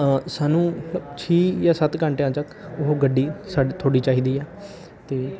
ਸਾਨੂੰ ਛੇ ਜਾਂ ਸੱਤ ਘੰਟਿਆਂ ਤੱਕ ਉਹ ਗੱਡੀ ਸਾਡੀ ਤੁਹਾਡੀ ਚਾਹੀਦੀ ਹੈ ਅਤੇ